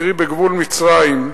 קרי בגבול מצרים,